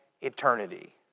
eternity